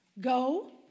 go